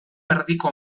erdiko